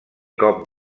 cop